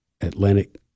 Atlantic